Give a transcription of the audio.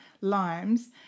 limes